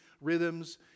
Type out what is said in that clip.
rhythms